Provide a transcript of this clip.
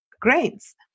grains